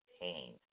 pain